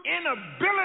inability